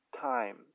time